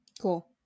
Cool